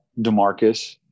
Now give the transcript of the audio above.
DeMarcus